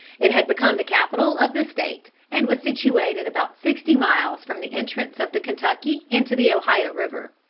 it had become the capital of the state, and was situated about sixty miles from the entrance of the kentucky into the ohio river.